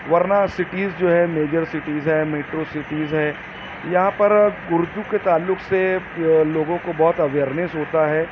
ورنہ سیٹیز جو ہے میجر سیٹیز ہیں میٹرو سیٹیز ہیں یہاں پر اردو کے تعلق سے لوگوں کو بہت اویرنیس ہوتا ہے